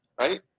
right